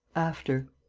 after.